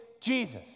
Jesus